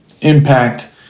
impact